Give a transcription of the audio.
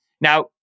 Now